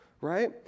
right